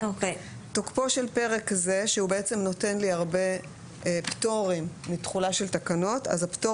23. תוקפו של פרק זה עד יום כ"ג בטבת התשצ"ח (31 בדצמבר 2037). פרק זה בעצם נותן לי הרבה פטורים מתחולה של תקנות והפטורים